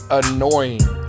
annoying